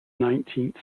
nineteenth